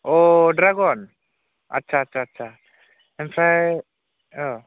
अ dragon आस्सा आस्सा ओमफ्राय औ